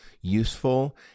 useful